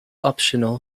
optional